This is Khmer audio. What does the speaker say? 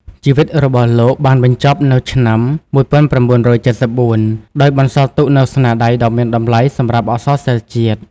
ជីវិតរបស់លោកបានបញ្ចប់ទៅនៅឆ្នាំ ១៩៧៤ ដោយបន្សល់ទុកនូវស្នាដៃដ៏មានតម្លៃសម្រាប់អក្សរសិល្ប៍ជាតិ។